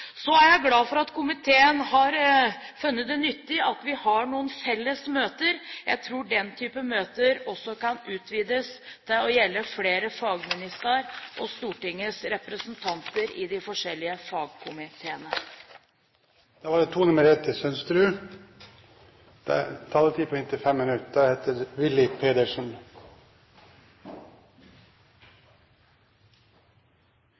Så er jeg glad for at komiteen har funnet det nyttig at vi har noen felles møter. Jeg tror den type møter også kan utvides til å gjelde flere fagministre og Stortingets representanter i de forskjellige fagkomiteene. Jeg vil knytte mitt innlegg til det